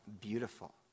beautiful